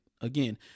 Again